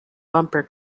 bumper